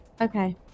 okay